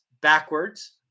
backwards